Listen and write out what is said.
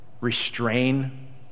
restrain